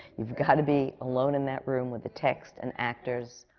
you've got to be alone in that room with a text and actors,